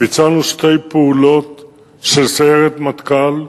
ביצענו שתי פעולות של סיירת מטכ"ל,